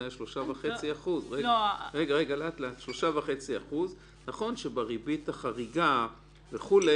זה היה 3.5%. נכון שבריבית החריגה וכו'